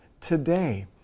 today